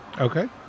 Okay